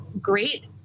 great